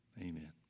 Amen